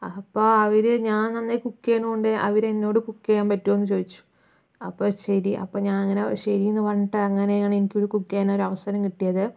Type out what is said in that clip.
അപ്പോൾ അവർ ഞാൻ നന്നായി കുക്ക് ചെയ്യുന്നതുകൊണ്ട് അവർ എന്നോട് കുക്ക് ചെയ്യാൻ പറ്റുമോ എന്ന് ചോദിച്ചു അപ്പോൾ ശരി അപ്പോൾ ഞാൻ അങ്ങനെ ശരി എന്ന് പറഞ്ഞിട്ട് അങ്ങനെയാണ് എനിക്ക് ഒരു കുക്ക് ചെയ്യാൻ ഒരു അവസരം കിട്ടിയത്